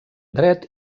dret